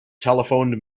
telephoned